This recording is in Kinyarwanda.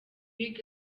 big